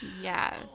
Yes